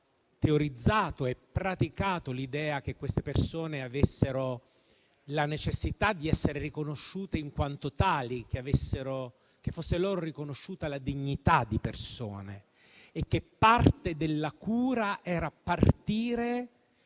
teorizzato e praticato l'idea che quelle persone avessero la necessità di essere riconosciute in quanto tali, che fosse loro riconosciuta la dignità di persone e che parte della cura fosse partire